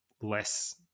less